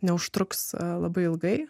neužtruks labai ilgai